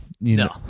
No